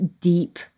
deep